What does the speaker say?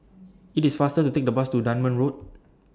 IT IS faster to Take The Bus to Dunman Road